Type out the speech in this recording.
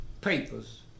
papers